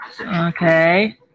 Okay